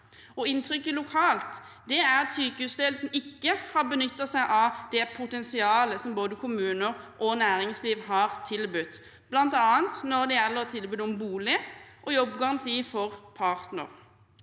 Inntrykket lokalt er at sykehusledelsen ikke har benyttet seg av det potensialet som både kommuner og næringsliv har tilbudt, bl.a. når det gjelder tilbud om bolig og jobbgaranti for partner.